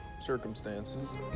circumstances